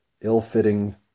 ill-fitting